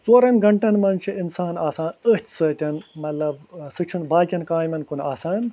ژورَن گھنٹَن منٛز چھِ اِنسان آسان أتھۍ سۭتۍ مطلب سُہ چھُنہٕ باقِیَن کامین کُن آسان